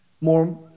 more